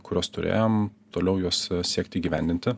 kuriuos turėjom toliau juos siekt įgyvendinti